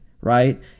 right